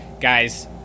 Guys